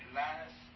last